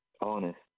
honest